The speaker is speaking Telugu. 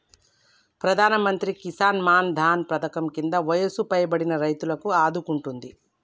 ప్రధానమంత్రి కిసాన్ మాన్ ధన్ పధకం కింద వయసు పైబడిన రైతులను ఆదుకుంటుంది